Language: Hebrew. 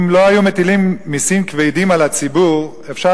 אם לא היו מטילים מסים כבדים על הציבור אפשר